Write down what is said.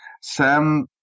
Sam